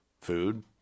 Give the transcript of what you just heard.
Food